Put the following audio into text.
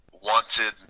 wanted